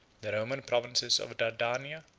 the roman provinces of dardania,